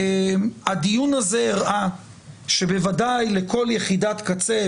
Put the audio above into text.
והדיון הזה הראה שבוודאי לכל יחידת קצה,